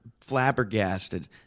flabbergasted